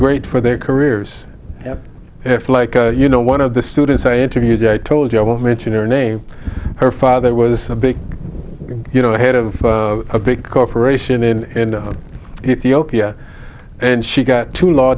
great for their careers if like you know one of the students i interviewed i told you i won't mention her name her father was a big you know head of a big corporation in the ok and she got two law